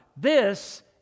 This